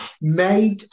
made